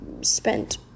spent